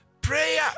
Prayer